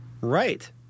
Right